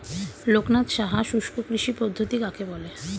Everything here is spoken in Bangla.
লোকনাথ সাহা শুষ্ককৃষি পদ্ধতি কাকে বলে?